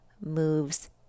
moves